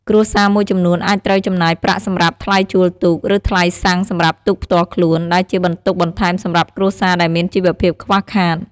គ្រួសារមួយចំនួនអាចត្រូវចំណាយប្រាក់សម្រាប់ថ្លៃជួលទូក ឬថ្លៃសាំងសម្រាប់ទូកផ្ទាល់ខ្លួន ដែលជាបន្ទុកបន្ថែមសម្រាប់គ្រួសារដែលមានជីវភាពខ្វះខាត។